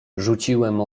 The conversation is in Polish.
rzuciłem